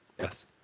Yes